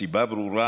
הסיבה ברורה,